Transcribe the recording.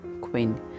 queen